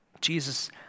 Jesus